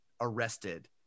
arrested